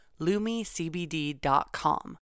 LumiCBD.com